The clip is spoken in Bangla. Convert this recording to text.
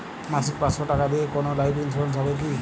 মাসিক পাঁচশো টাকা দিয়ে কোনো লাইফ ইন্সুরেন্স হবে কি?